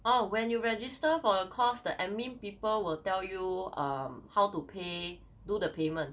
orh when you register for the course the admin people will tell you um how to pay do the payment